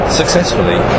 successfully